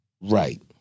Right